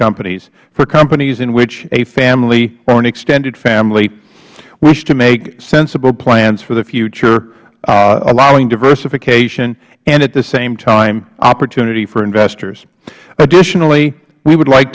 companies for companies in which a family or an extended family wish to make sensible plans for the future allowing diversification and at the same time opportunity for investors additionally we would like